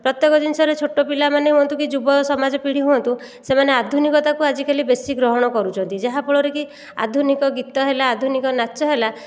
ପ୍ରତ୍ୟେକ ଜିନିଷରେ ଛୋଟ ପିଲାମାନେ ହୁଅନ୍ତୁ କି ଯୁବ ସମାଜ ପିଢ଼ି ହୁଅନ୍ତୁ ସେମାନେ ଆଧୁନିକତାକୁ ଆଜିକାଲି ବେଶୀ ଗ୍ରହଣ କରୁଛନ୍ତି ଯାହାଫଳରେ କି ଆଧୁନିକ ଗୀତ ହେଲା ଆଧୁନିକ ନାଚ ହେଲା